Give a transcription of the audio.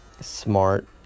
Smart